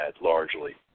largely